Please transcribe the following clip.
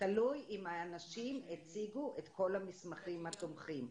תלוי אם האנשים הציגו את כל המסמכים התומכים.